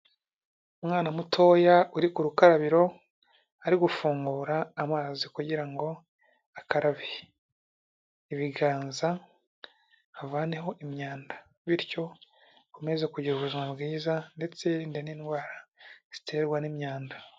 Umwana mutoya uri ku rukarabiro, ari gufungura amazi kugira ngo akarabe ibiganza avaneho imyanda, bityo akomeze kugira ubuzima bwiza, ndetse yirinde n'indwara ziterwa n'imyanda.